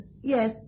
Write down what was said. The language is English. Yes